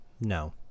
No